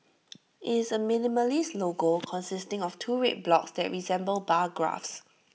IT is A minimalist logo consisting of two red blocks that resemble bar graphs